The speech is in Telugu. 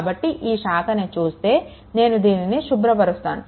కాబట్టి ఈ శాఖని చూస్తే నేను దీనిని శుభ్రపరుస్తాను